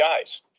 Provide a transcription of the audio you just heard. guys